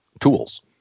tools